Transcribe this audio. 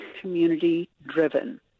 community-driven